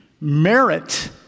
merit